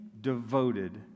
devoted